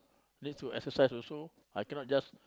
need to exercise also I cannot just